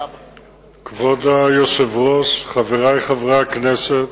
כבוד היושב-ראש, חברי חברי הכנסת,